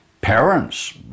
parents